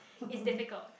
it's difficult